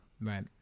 Right